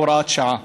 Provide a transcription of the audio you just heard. הוראת שעה),